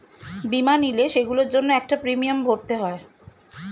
বীমা নিলে, সেগুলোর জন্য একটা প্রিমিয়াম ভরতে হয়